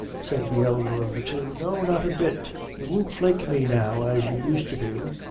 said the elder of the two. no not a bit. you won't flake me now as you used to do.